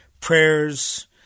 prayers